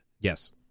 yes